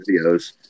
videos